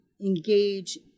engage